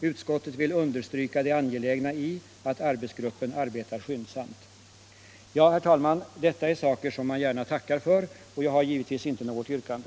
Utskottet vill understryka det angelägna i att arbetsgruppen arbetar skyndsamt.” Ja, herr talman, detta är saker som man gärna tackar för, och jag har givetvis inte något yrkande.